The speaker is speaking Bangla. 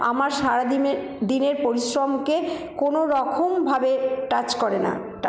আমার সারাদিনের দিনের পরিশ্রমকে কোনোরকমভাবে টাচ করে না